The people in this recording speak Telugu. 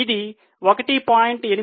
ఇది 1